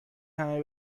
همه